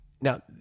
Now